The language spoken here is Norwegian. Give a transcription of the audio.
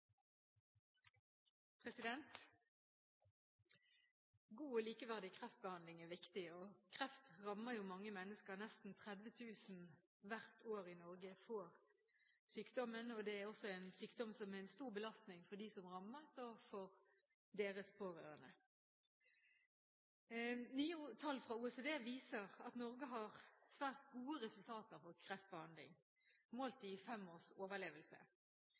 sykdom som er en stor belastning for dem som rammes, og for deres pårørende. Nye tall fra OECD viser at Norge har svært gode resultater for kreftbehandling, målt i fem års overlevelse.